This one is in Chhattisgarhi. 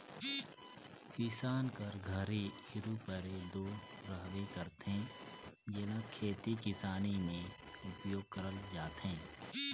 किसान कर घरे इरूपरे दो रहबे करथे, जेला खेती किसानी मे उपियोग करल जाथे